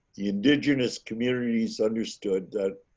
indigenous communities understood that